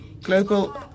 global